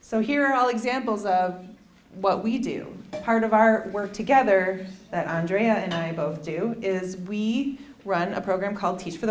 so here are all examples of what we do part of our work together that andrea and i both do is we run a program called teach for the